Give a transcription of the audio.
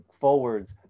forwards